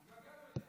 התגעגענו אליה.